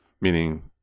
Meaning